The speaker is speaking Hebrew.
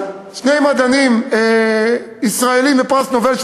אז שני מדענים ישראלים זכו בפרס נובל,